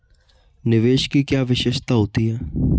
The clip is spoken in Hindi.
निवेश की क्या विशेषता होती है?